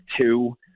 two